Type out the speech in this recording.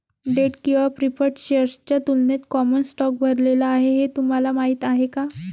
Date किंवा preferred शेअर्सच्या तुलनेत कॉमन स्टॉक भरलेला आहे हे तुम्हाला माहीत आहे का?